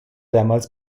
damals